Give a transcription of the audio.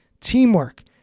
teamwork